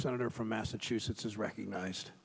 senator from massachusetts is recognize